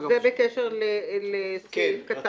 זה בקשר לסעיף (א).